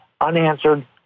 unanswered